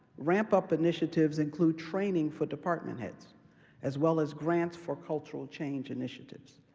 ramp-up initiatives include training for department heads as well as grants for cultural change initiatives.